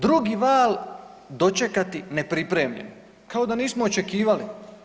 Drugi val dočekati nepripremljen, kao da nismo očekivali.